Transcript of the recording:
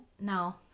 No